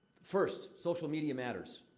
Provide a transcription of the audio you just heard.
first, social media matters.